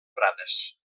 prades